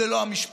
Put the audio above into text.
זה לא המשפטנים,